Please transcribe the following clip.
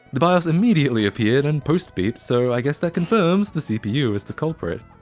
the bios immediately appeared and post beeped so i guess that confirms the cpu is the culprit.